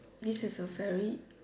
this is a very